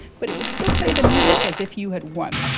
but it would still play the music as if you had won.